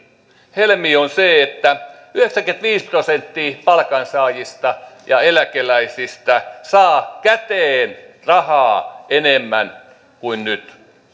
on se että yhdeksänkymmentäviisi prosenttia palkansaajista ja eläkeläisistä saa käteen rahaa enemmän kuin nyt